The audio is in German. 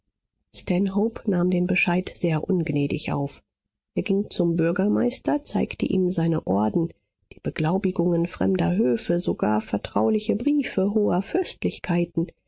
nahm den bescheid sehr ungnädig auf er ging zum bürgermeister zeigte ihm seine orden die beglaubigungen fremder höfe sogar vertrauliche briefe hoher